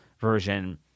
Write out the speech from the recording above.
version